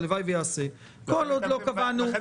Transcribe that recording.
הלוואי וייעשה כל עוד לא קבענו --- לכן